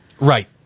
Right